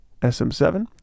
SM7